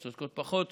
צודקות פחות,